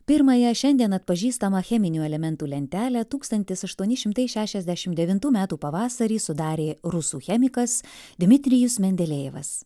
pirmąją šiandien atpažįstamą cheminių elementų lentelę tūkstantis aštuoni šimtai šešiasdešimt devintų metų pavasarį sudarė rusų chemikas dmitrijus mendelejevas